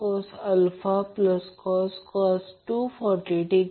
तर हे बॅलन्सड आहे